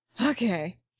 Okay